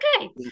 Okay